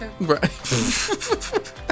right